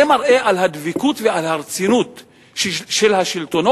זה מראה על הדבקות ועל הרצינות של השלטונות,